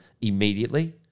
immediately